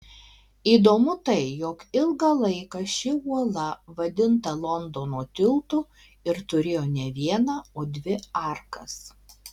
įdomu tai jog ilgą laiką ši uola vadinta londono tiltu ir turėjo ne vieną o dvi arkas